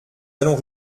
allons